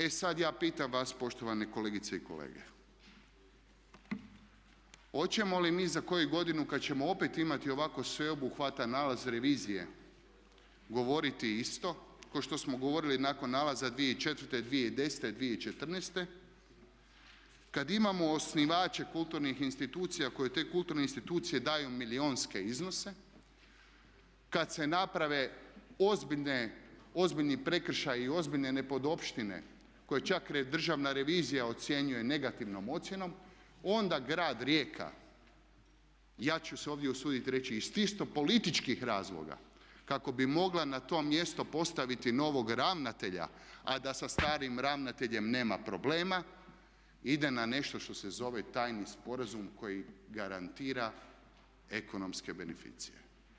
E sad ja pitam vas poštovane kolegice i kolege hoćemo li mi za koju godinu kad ćemo opet imati ovako sveobuhvatan nalaz revizije govoriti isto kao što smo govorili nakon nalaza 2004., 2010., 2014., kad imamo osnivače kulturnih institucija koje te kulturne institucije daju milijunske iznose, kad se naprave ozbiljni prekršaji i ozbiljne nepodopštine koje čak Državna revizija ocjenjuje negativnom ocjenom onda grad Rijeka ja ću se ovdje usuditi reći iz čisto političkih razloga kako bi mogla na to mjesto postaviti novog ravnatelja a da sa starim ravnateljem nema problema ide na nešto što se zove tajni sporazum koji garantira ekonomske beneficije.